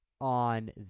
on